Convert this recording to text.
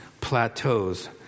plateaus